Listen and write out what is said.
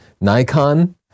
Nikon